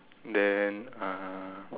then uh